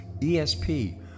ESP